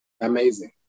Amazing